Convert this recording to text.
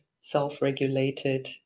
self-regulated